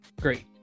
great